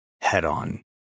head-on